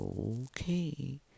Okay